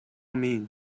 mean